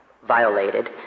violated